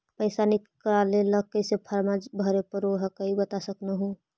पैसा निकले ला कैसे कैसे फॉर्मा भरे परो हकाई बता सकनुह?